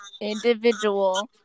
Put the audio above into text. individual